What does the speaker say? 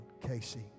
Casey